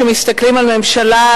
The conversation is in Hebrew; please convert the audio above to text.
כשמסתכלים על ממשלה,